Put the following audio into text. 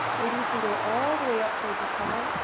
maybe you can go all the way up towards the sky.